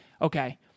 okay